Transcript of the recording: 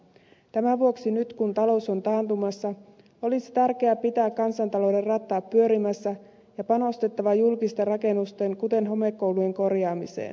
tämän vuoksi nyt kun talous on taantumassa olisi tärkeää pitää kansantalouden rattaat pyörimässä ja panostaa julkisten rakennusten kuten homekoulujen korjaamiseen